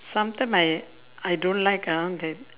sometime I I don't like ah that